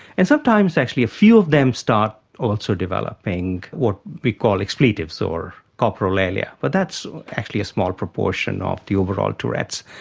and sometimes actually a few of them start also developing what we call expletives or coprolalia, but that's actually a small proportion of the overall tourette's.